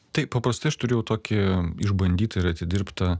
tai paprastai aš turėjau tokį išbandytą ir atidirbtą